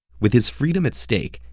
with his freedom at stake,